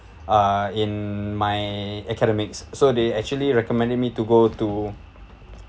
uh in my academics so they actually recommended me to go to